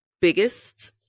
biggest